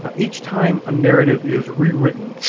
ah each time a narrative is rewritten,